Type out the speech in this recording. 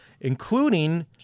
including